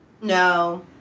No